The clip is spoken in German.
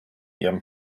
ihrem